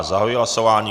Zahajuji hlasování.